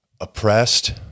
oppressed